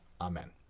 Amen